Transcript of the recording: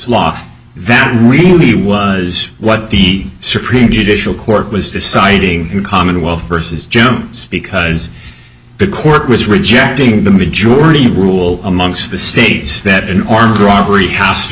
law that really was what he supreme judicial court was deciding the commonwealth versus jem's because the court was rejecting the majority rule amongst the states that an armed robbery has to